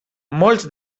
molts